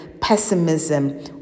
pessimism